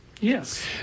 Yes